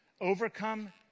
Overcome